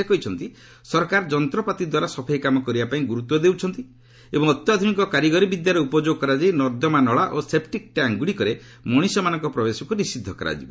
ସେ କହିଛନ୍ତି ସରକାର ଯନ୍ତପାତି ଦ୍ୱାରା ସଫେଇ କାମ କରିବା ପାଇଁ ଗୁରୁତ୍ୱ ଦେଉଛନ୍ତି ଏବଂ ଅତ୍ୟାଧୁନିକ କାରିଗରୀ ବିଦ୍ୟାର ଉପଯୋଗ କରାଯାଇ ନର୍ଦ୍ଦମା ନଳା ଓ ସେପ୍ଟିକ୍ ଟ୍ୟାଙ୍କ୍ଗୁଡ଼ିକରେ ମଣିଷମାନଙ୍କ ପ୍ରବେଶକୁ ନିଷିଦ୍ଧ କରାଯିବ